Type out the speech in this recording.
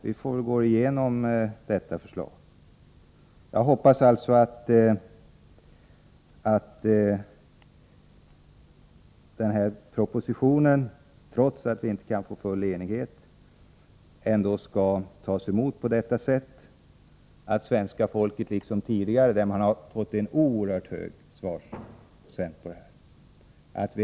Vi får väl gå igenom detta förslag ytterligare. Jag hoppas alltså att propositionen, trots att vi inte kan få full enighet, ändå skall tas emot på ett sådant sätt att det liksom tidigare blir en hög svarsprocent.